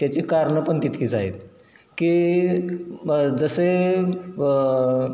त्याची कारणं पण तितकीच आहेत की जसे